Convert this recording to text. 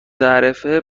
تعرفه